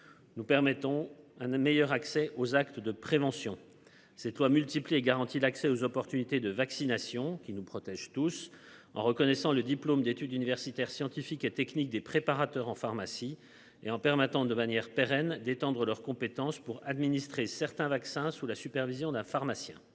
Nous permettons à un meilleur accès aux actes de prévention c'est toi multiplié garantit l'accès aux opportunités de vaccination qui nous protège tous en reconnaissant le diplôme d'études universitaires scientifiques et techniques des préparateurs en pharmacie et en permettant de manière pérenne détendre leurs compétences pour administrer certains vaccins sous la supervision d'un pharmacien.